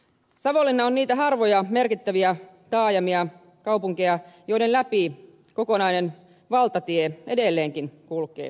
savonlinna on niitä harvoja merkittäviä taajamia kaupunkeja joiden läpi kokonainen valtatie edelleenkin kulkee